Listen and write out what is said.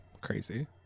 Crazy